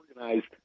organized